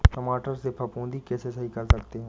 टमाटर से फफूंदी कैसे सही कर सकते हैं?